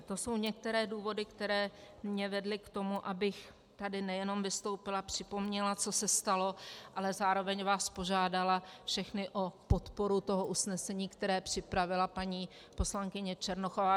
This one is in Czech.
To jsou některé důvody, které mě vedly k tomu, abych tady nejenom vystoupila, připomněla, co se stalo, ale zároveň vás požádala všechny o podporu usnesení, které připravila paní poslankyně Černochová.